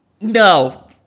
No